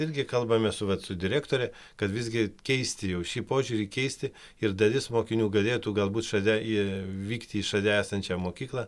irgi kalbame su vat direktore kad visgi keisti jau šį požiūrį keisti ir dalis mokinių galėtų galbūt šalia į vykti į šalia esančią mokyklą